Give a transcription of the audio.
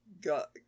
got